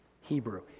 Hebrew